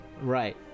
Right